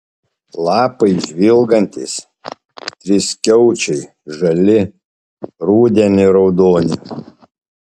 lapai žvilgantys triskiaučiai žali rudenį raudoni